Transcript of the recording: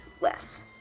less